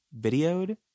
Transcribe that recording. videoed